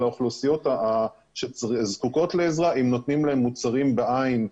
האוכלוסיות שזקוקות לעזרה אם נותנים להם מוצרים בעין,